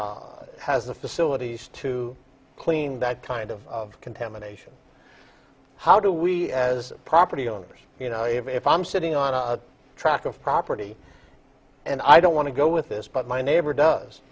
has the facilities to clean that kind of contamination how do we as property owners you know if i'm sitting on a track of property and i don't want to go with this but my neighbor does